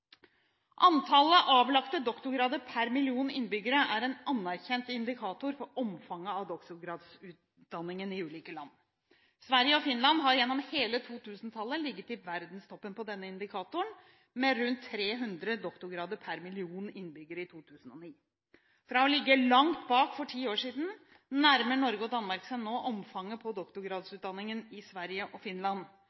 avlagte doktorgrader per million innbyggere er en anerkjent indikator for omfanget av doktorgradsutdanningen i ulike land. Sverige og Finland har gjennom hele 2000-tallet ligget i verdenstoppen på denne indikatoren, med rundt 300 doktorgrader per million innbyggere i 2009. Fra å ligge langt bak for ti år siden nærmer Norge og Danmark seg nå omfanget på